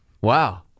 Wow